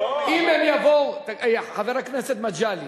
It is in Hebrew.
אם יבואו, לא, חבר הכנסת מגלי,